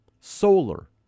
Solar